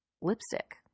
lipstick